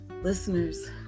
Listeners